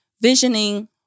visioning